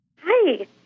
Hi